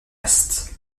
est